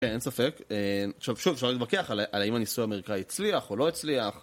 אין ספק, עכשיו שוב, אפשר להתווכח על האם הניסוי האמריקאי הצליח או לא הצליח